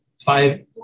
five